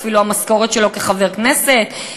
אפילו פחות המשכורת שלו כחבר כנסת,